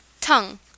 Tongue